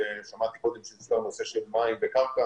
שמעתי קודם שיש גם נושא של מים וקרקע,